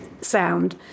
sound